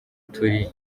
turi